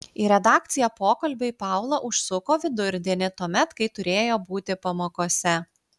į redakciją pokalbiui paula užsuko vidurdienį tuomet kai turėjo būti pamokose